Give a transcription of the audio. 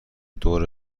دور